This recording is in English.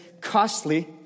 costly